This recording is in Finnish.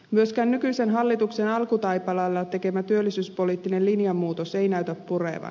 myöskään nykyisen hallituksen alkutaipaleella tekemä työllisyyspoliittinen linjanmuutos ei näytä purevan